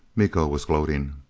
miko was gloating.